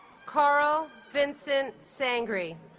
carl vincent sangree